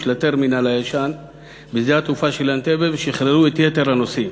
של הטרמינל הישן בשדה התעופה של אנטבה ושחררו את יתר הנוסעים.